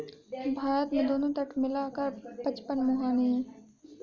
भारत में दोनों तट मिला कर पचपन मुहाने हैं